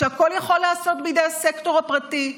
שהכול יכול להיעשות בידי הסקטור הפרטי.